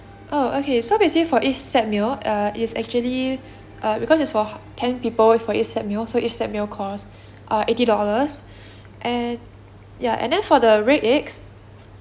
oh okay so basically for each set meal uh it is actually uh because it's for ten people for each set meal so each set meal cost err eighty dollars and ya and then for the red eggs